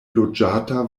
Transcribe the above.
loĝata